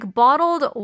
bottled